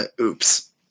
oops